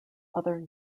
other